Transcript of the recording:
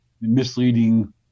misleading